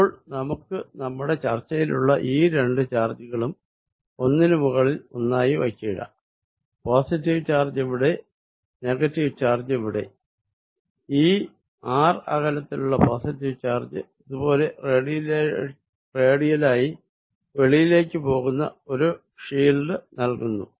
ഇപ്പോൾ നമുക്ക് നമ്മുടെ ചർച്ചയിലുള്ള ഈ രണ്ടു ചാർജുകളും ഒന്നിന് മുകളിൽ ഒന്നായി വയ്ക്കുക പോസിറ്റീവ് ചാർജ് ഇവിടെ ന്യൂനച്ചാർജ് ഇവിടെ ഈ r അകലത്തിലുള്ള പോസിറ്റീവ് ചാർജ് ഇത് പോലെ റേഡിയല്ലായി വെളിയിലേക്ക് പോകുന്ന ഒരു ഫീൽഡ് നൽകുന്നു